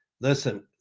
listen